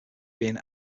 being